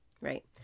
right